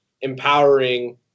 empowering